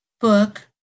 book